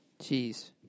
jeez